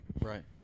right